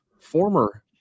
former